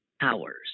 hours